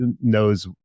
knows